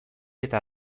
eta